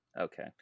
Okay